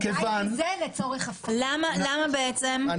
בואי